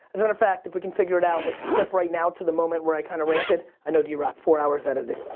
as a matter of fact, if we can figure it out, let's clip right now to the moment where i kind of ranted. i know drock, four hours editing.